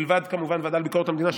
מלבד כמובן הוועדה לביקורת המדינה,